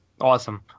Awesome